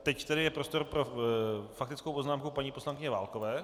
Teď tedy je prostor pro faktickou poznámku paní poslankyně Válkové.